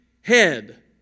head